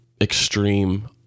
Extreme